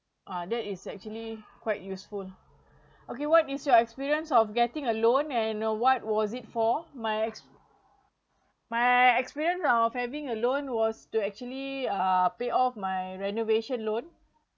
uh that is actually quite useful lah okay what is your experience of getting a loan and what was it for my ex~ my experience of having a loan was to actually uh pay off my renovation loan